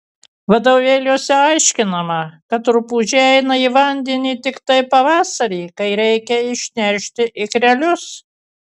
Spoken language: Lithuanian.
vadovėliuose aiškinama kad rupūžė eina į vandenį tiktai pavasarį kai reikia išneršti ikrelius